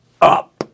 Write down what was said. up